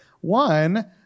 One